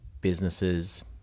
businesses